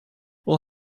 will